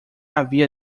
havia